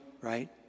right